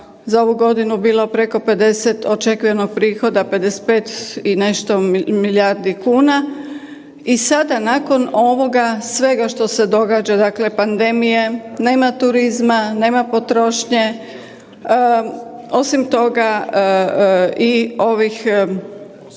za ovu godinu bilo preko 50 očekujemo prihoda 55 i nešto milijardi kuna i sada nakon ovoga svega što se događa dakle pandemije, nema turizma, nema potrošnje, osim toga i ovih